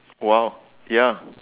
!wow! ya